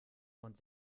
und